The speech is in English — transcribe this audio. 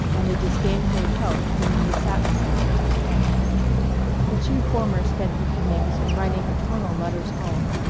and the disdainful celt whom he had sat beside on the train the two former spent the evenings in writing eternal letters home,